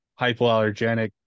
hypoallergenic